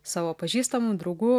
savo pažįstamų draugų